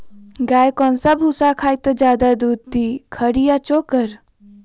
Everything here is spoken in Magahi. गाय कौन सा भूसा खाई त ज्यादा दूध दी खरी या चोकर?